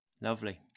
Lovely